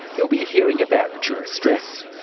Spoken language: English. you'll be hearing about juror stress,